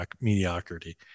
mediocrity